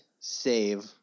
save